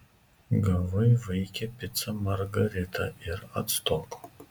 gavai vaike picą margaritą ir atstok